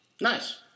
Nice